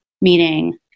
meaning